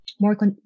more